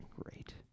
Great